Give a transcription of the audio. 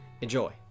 Enjoy